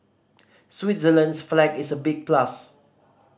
Switzerland's flag is a big plus